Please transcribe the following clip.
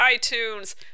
iTunes